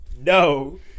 No